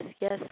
yes